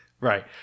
Right